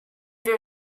wir